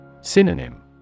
Synonym